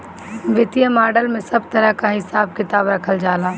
वित्तीय मॉडल में सब तरह कअ हिसाब किताब रखल जाला